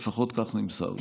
לפחות כך נמסר לי.